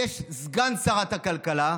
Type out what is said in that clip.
יש סגן שרת הכלכלה,